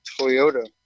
toyota